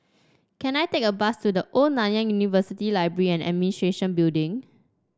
can I take a bus to The Old Nanyang University Library and Administration Building